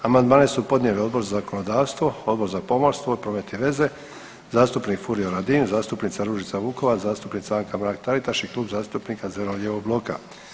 Amandmane su podnio Odbor za zakonodavstvo, Odbor za pomorstvo, promet i veze, zastupnik Furio Radin, zastupnica Ružica Vukovac, zastupnica Anka Mrak-Taritaš i Klub zastupnika zeleno-lijevog bloka.